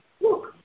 look